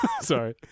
Sorry